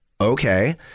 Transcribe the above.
okay